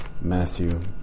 Matthew